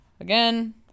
again